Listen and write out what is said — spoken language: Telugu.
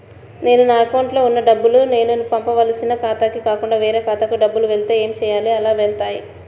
నేను నా అకౌంట్లో వున్న డబ్బులు నేను పంపవలసిన ఖాతాకి కాకుండా వేరే ఖాతాకు డబ్బులు వెళ్తే ఏంచేయాలి? అలా వెళ్తాయా?